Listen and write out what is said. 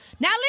Now